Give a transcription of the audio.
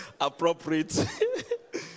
appropriate